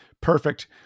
Perfect